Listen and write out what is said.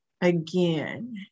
again